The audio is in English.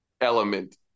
element